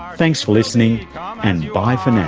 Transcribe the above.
um thanks for listening um and bye for